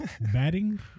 batting